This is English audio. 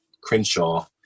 Crenshaw